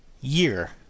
year